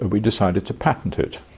and we decided to patent it.